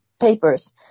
papers